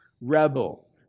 rebel